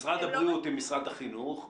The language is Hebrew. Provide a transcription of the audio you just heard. משרד הבריאות עם משרד החינוך.